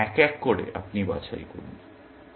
তারপর এক এক করে আপনি বাছাই করুন